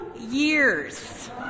years